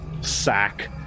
sack